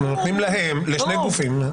אנחנו נותנים לשני גופים -- בסדר גמור,